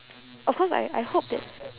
of course I I hope that